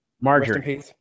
Marjorie